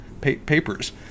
papers